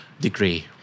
degree